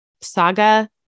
saga